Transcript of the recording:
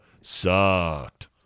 Sucked